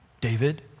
David